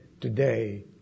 today